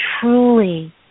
truly